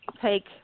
take